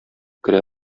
керә